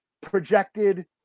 projected